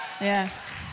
Yes